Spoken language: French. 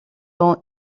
dont